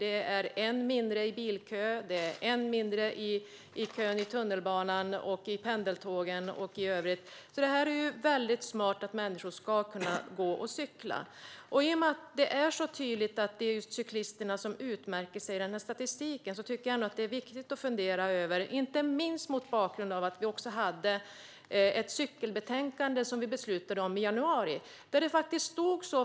Det innebär en mindre i bilkö, en mindre i tunnelbanan, en mindre i pendeltågen och i övrigt. Det är smart att människor ska kunna gå och cykla. I och med att det är så tydligt att det är cyklisterna som utmärker sig i den här statistiken tycker jag ändå att det är viktigt att fundera över detta, inte minst mot bakgrund av att vi behandlade ett cykelbetänkande i januari.